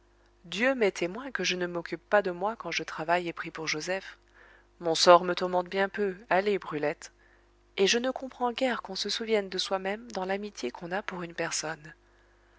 dieu m'est témoin que je ne m'occupe pas de moi quand je travaille et prie pour joseph mon sort me tourmente bien peu allez brulette et je ne comprends guère qu'on se souvienne de soi-même dans l'amitié qu'on a pour une personne